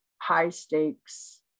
high-stakes